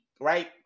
right